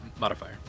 modifier